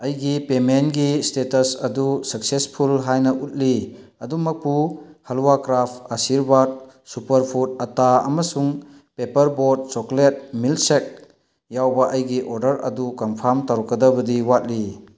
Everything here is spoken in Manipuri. ꯑꯩꯒꯤ ꯄꯦꯃꯦꯟꯒꯤ ꯁ꯭ꯇꯦꯇꯁ ꯑꯗꯨ ꯁꯛꯁꯦꯁꯐꯨꯜ ꯍꯥꯏꯅ ꯎꯠꯂꯤ ꯑꯗꯨꯃꯛꯄꯨ ꯍꯜꯋꯥ ꯀ꯭ꯔꯥꯐ ꯑꯁꯤꯔꯕꯥꯗ ꯁꯨꯄꯔ ꯐꯨꯗ ꯑꯇꯥ ꯑꯃꯁꯨꯡ paper boat chocolate milk shake ꯌꯥꯎꯕ ꯑꯩꯒꯤ ꯑꯣꯔꯗꯔ ꯑꯗꯨ ꯀꯟꯐꯥꯝ ꯇꯧꯔꯛꯀꯗꯕꯗꯤ ꯋꯥꯠꯂꯤ